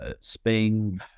spain